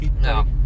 No